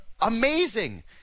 amazing